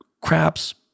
craps